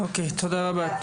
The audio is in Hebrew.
תודה רבה.